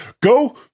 Go